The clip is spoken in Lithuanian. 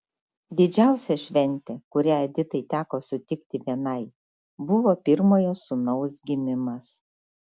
didžiausia šventė kurią editai teko sutikti vienai buvo pirmojo sūnaus gimimas